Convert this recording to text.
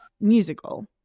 musical